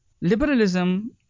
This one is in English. liberalism